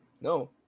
No